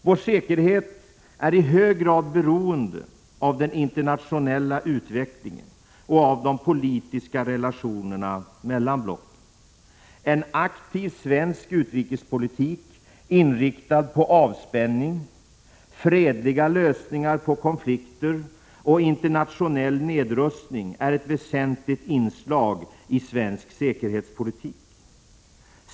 Vår säkerhet är i hög grad beroende av den internationella utvecklingen och av de politiska relationerna mellan blocken. En aktiv svensk utrikespolitik inriktad på avspänning, fredliga lösningar på konflikter och internationell nedrustning är ett väsentligt inslag i svensk säkerhetspolitik.